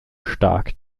stark